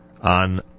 on